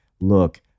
look